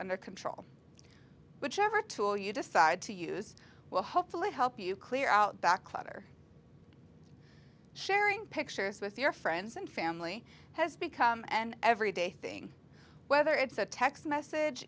under control whichever tool you decide to use will hopefully help you clear out back clutter sharing pictures with your friends and family has become an every day thing whether it's a text message